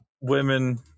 women